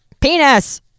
penis